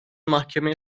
mahkemeye